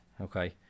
Okay